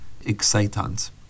excitons